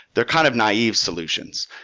they're kind of naive solutions.